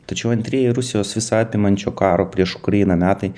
tačiau antrieji rusijos visaapimančio karo prieš ukrainą metai